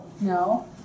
No